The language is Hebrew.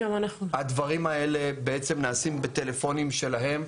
הדברים האלה בעצם נעשים בטלפונים שלהם.